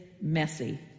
messy